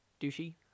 douchey